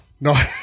No